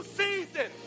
season